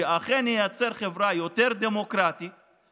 כדי שאכן נייצר חברה דמוקרטית יותר,